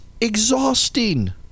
exhausting